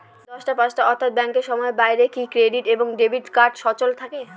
দশটা পাঁচটা অর্থ্যাত ব্যাংকের সময়ের বাইরে কি ক্রেডিট এবং ডেবিট কার্ড সচল থাকে?